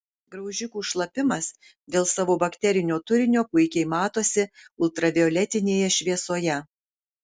graužikų šlapimas dėl savo bakterinio turinio puikiai matosi ultravioletinėje šviesoje